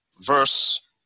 verse